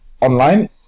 online